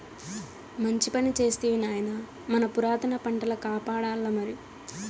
మంచి పని చేస్తివి నాయనా మన పురాతన పంటల కాపాడాల్లమరి